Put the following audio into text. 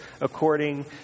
according